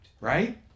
right